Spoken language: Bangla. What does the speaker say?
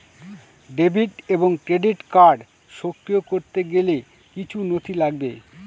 ডেবিট এবং ক্রেডিট কার্ড সক্রিয় করতে গেলে কিছু নথি লাগবে?